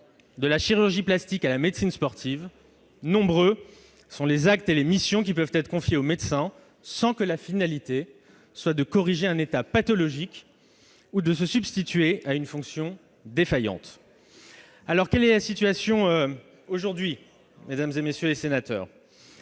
De la chirurgie plastique à la médecine sportive, nombreux sont les actes et les missions qui peuvent être confiés aux médecins, sans que la finalité soit de corriger un état pathologique ou de se substituer à une fonction défaillante ». Mesdames, messieurs les sénateurs,